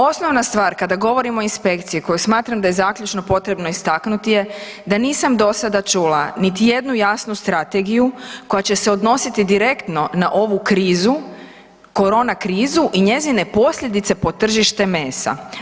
Osnovna stvar kada govorimo o inspekciji koje smatram da je zaključno potrebno istaknuti je da nisam do sad čula niti jednu jasnu strategiju koja će se odnositi direktno na ovu krizu, korona krizu i njezine posljedice po tržište mesa.